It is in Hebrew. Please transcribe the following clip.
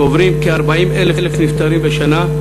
קוברים כ-40,000 נפטרים בשנה,